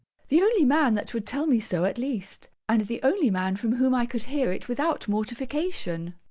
the only man that would tell me so at least, and the only man from whom i could hear it without mortification.